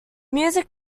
music